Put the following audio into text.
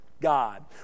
God